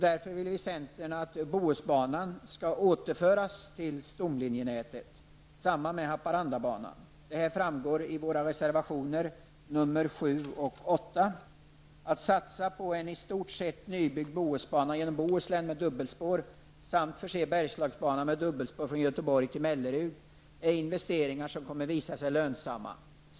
Därför vill vi i centern att Bohusbanan skall återföras till stomlinjenätet. Detsamma gäller Haparandabanan. Detta framgår också av våra reservationer nr 7 och 8. Att satsa på en i stort sett nybyggd Bohusbana genom Bohuslän med dubbelspår samt att förse Bergslagsbanan med dubbelspår från Göteborg till Mellerud är investeringar som kommer att visa sig lönsamma.